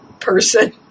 person